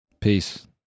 Peace